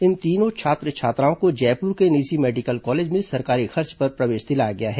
इन तीनों छात्र छात्राओं को जयपुर के निजी मेडिकल कॉलेज में सरकारी खर्च पर प्रवेश दिलाया गया है